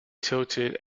tilted